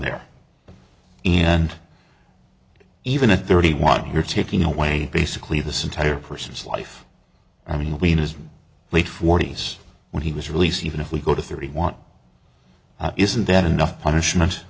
there and even a thirty one here ticking away basically this entire person's life i mean we in his late forty's when he was released even if we go to thirty want isn't that enough punishment